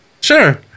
Sure